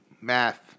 math